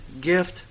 gift